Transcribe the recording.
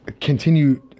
continue